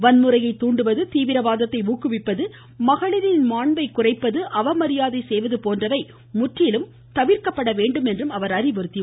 வன்முறையை தூண்டுவது தீவிரவாதத்தை ஊக்குவிப்பது மகளிரின் மாண்பை குறைப்பது அவமரியாதை செய்வது போன்றவை முற்றிலும் தவிர்க்கப்பட வேண்டுமென்று கூறினார்